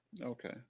Okay